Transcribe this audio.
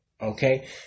Okay